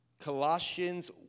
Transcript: Colossians